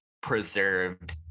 preserved